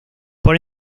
por